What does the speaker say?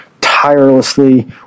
tirelessly